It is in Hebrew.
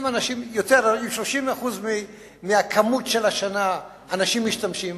אם 30% יותר אנשים משתמשים,